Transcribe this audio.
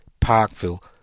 Parkville